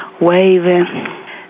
waving